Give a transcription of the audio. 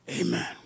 amen